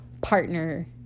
partner